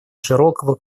широкого